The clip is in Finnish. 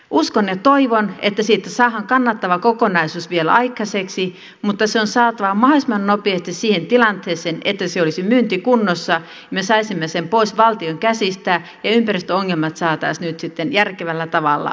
uskon ja toivon että siitä saadaan kannattava kokonaisuus vielä aikaiseksi mutta se on saatava mahdollisimman nopeasti siihen tilanteeseen että se olisi myyntikunnossa me saisimme sen pois valtion käsistä ja ympäristöongelmat saataisiin nyt sitten järkevällä tavalla hoidettua